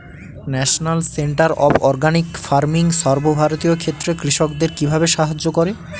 National centre of organic farming সর্বভারতীয় ক্ষেত্রে কৃষকদের কিভাবে সাহায্য করে?